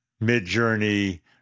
mid-journey